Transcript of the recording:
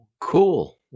Cool